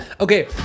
Okay